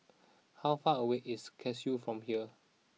how far away is Cashew from here